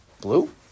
blue